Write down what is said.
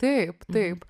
taip taip